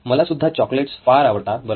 मला सुद्धा चोकलेट्स फार आवडतात बरं का